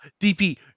dp